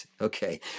okay